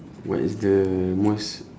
what is the most